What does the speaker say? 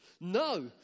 No